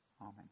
Amen